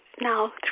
now